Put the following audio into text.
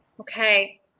Okay